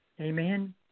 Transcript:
Amen